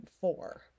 four